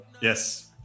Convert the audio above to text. Yes